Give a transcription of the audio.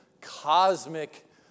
cosmic